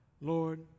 Lord